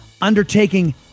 undertaking